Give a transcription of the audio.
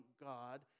God